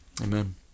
Amen